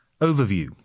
Overview